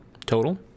total